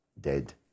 dead